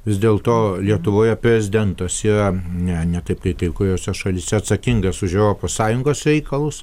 vis dėlto lietuvoje prezidentas yra ne ne taip kaip kai kuriose šalyse atsakingas už europos sąjungos reikalus